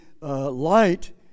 light